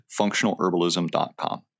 FunctionalHerbalism.com